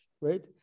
right